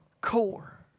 core